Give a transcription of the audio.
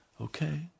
Okay